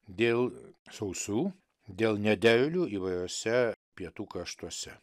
dėl sausrų dėl nederlių įvairiose pietų kraštuose